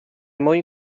mwyn